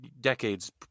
decades